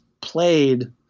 played